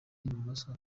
ibumoso